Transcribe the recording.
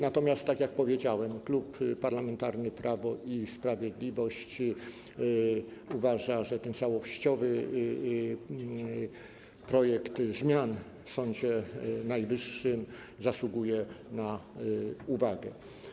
Natomiast tak jak powiedziałem, Klub Parlamentarny Prawo i Sprawiedliwość uważa, że ten całościowy projekt zmian w Sądzie Najwyższym zasługuje na uwagę.